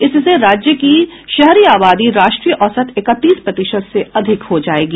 इससे राज्य की शहरी आबादी राष्ट्रीय औसत इकतीस प्रतिशत से अधिक हो जाएगी